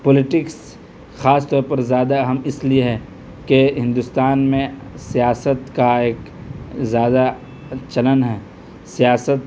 politics خاص طور پر زیادہ اہم اس لیے ہے کہ ہندوستان میں سیاست کا ایک زیادہ چلن ہے سیاست